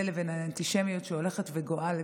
לבין האנטישמיות שהולכת וגואה בעולם,